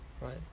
Right